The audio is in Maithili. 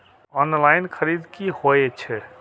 ऑनलाईन खरीद की होए छै?